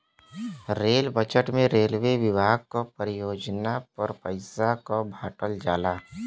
rail budget में railway विभाग क परियोजना पर पइसा क बांटल जाला